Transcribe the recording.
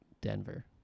Denver